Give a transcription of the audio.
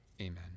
amen